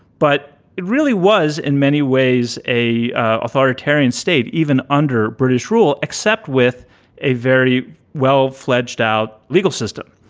but it really was in many ways a authoritarian state, even under british rule, except with a very well fledged out legal system.